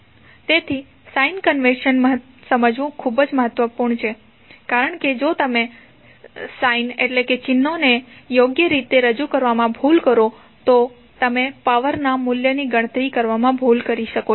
તેથી sign convention સમજવું ખૂબ જ મહત્વપૂર્ણ છે કારણ કે જો તમે ચિહ્નોને યોગ્ય રીતે રજૂ કરવામાં ભૂલ કરો તો તમે પાવર ના મૂલ્યની ગણતરી કરવામાં ભૂલ કરી શકો છો